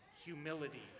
Humility